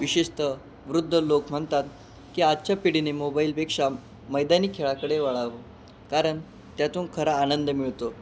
विशेषत वृद्ध लोक म्हणतात की आजच्या पिढीने मोबाईलपेक्षा मैदानी खेळाकडे वळावं कारण त्यातून खरा आनंद मिळतो